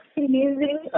amazing